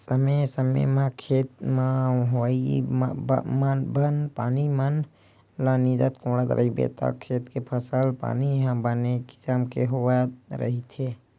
समे समे म खेत म होवइया बन पानी मन ल नींदत कोड़त रहिबे त खेत के फसल पानी ह बने किसम के होवत रहिथे